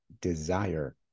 desire